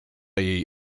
jej